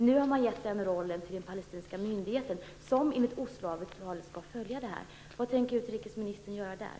Nu har man gett den rollen till den palestinska myndigheten, som enligt Osloavtalet skall följa det här.